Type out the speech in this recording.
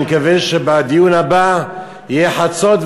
אני מקווה שבדיון הבא יהיה חצות,